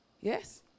Yes